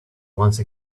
once